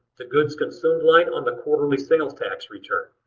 the goods consumed line on the quarterly sales tax return.